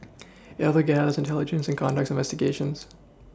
it also gathers intelligence and conducts investigations